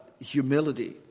humility